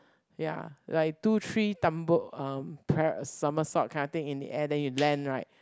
ya like two three tumble um pa~ somersault kind of thing in the air then you land right